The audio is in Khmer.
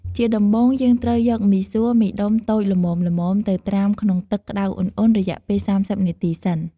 ជាដំបូង យើងត្រូវយកមីសួរមីដុំតូចល្មមៗទៅត្រាំក្នុងទឹកក្ដៅឧណ្ឌៗរយៈពេល៣០នាទីសិន។